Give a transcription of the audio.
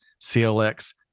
CLX